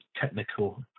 technical